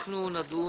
אנחנו נדון